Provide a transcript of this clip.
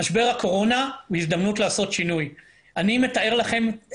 הרבה אסירים עושים את